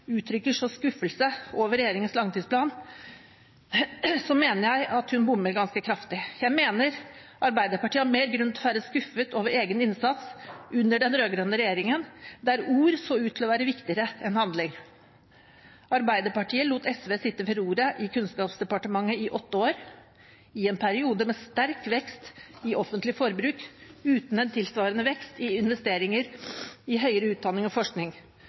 uttrykker skuffelse over regjeringens langtidsplan, mener jeg at hun bommer ganske kraftig. Jeg mener Arbeiderpartiet har mer grunn til å være skuffet over egen innsats under den rød-grønne regjeringen, der ord så ut til å være viktigere enn handling. Arbeiderpartiet lot SV sitte ved roret i Kunnskapsdepartementet i åtte år – i en periode med sterk vekst i offentlig forbruk uten en tilsvarende vekst i investeringer i høyere utdanning og forskning.